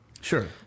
sure